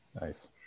Nice